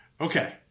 Okay